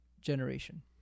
Generation